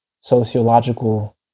sociological